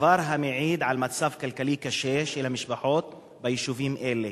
דבר המעיד על מצב כלכלי קשה של המשפחות ביישובים אלה.